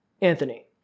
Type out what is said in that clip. Anthony